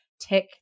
tech